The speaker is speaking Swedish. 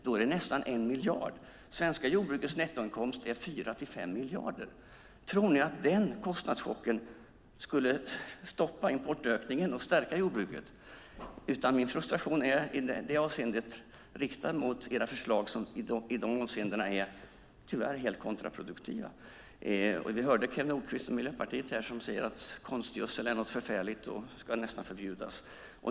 Då är det nästan 1 miljard. Det svenska jordbrukets nettoinkomst är 4-5 miljarder. Tror ni att denna kostnadschock skulle stoppa importökningen och stärka jordbruket? Min frustration är i detta avseende riktad mot era förslag som när det gäller det här tyvärr är helt kontraproduktiva. Vi hörde Kew Nordqvist och Miljöpartiet här säga att konstgödsel är något förfärligt och nästan borde förbjudas.